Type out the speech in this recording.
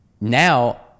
now